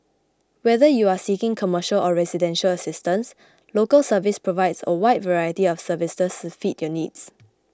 whether you are seeking commercial or residential assistance Local Service provides a wide variety of services to fit your needs